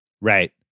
Right